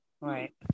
Right